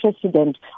president